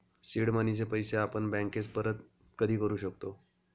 seed मनीचे पैसे आपण बँकेस परत कधी करू शकतो